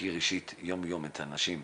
מכיר אישית יום-יום את האנשים.